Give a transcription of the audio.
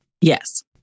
Yes